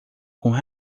com